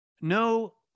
No